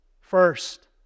First